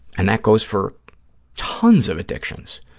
and that goes for tons of addictions,